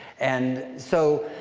and so,